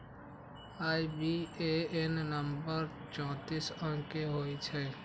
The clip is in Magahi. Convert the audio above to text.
आई.बी.ए.एन नंबर चौतीस अंक के होइ छइ